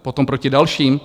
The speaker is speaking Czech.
Potom proti dalším?